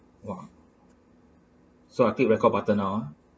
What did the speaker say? !wah! so I click record button now ah